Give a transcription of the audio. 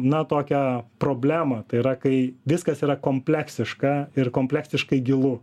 na tokią problemą tai yra kai viskas yra kompleksiška ir kompleksiškai gilu